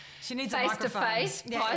face-to-face